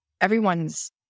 everyone's